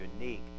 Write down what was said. unique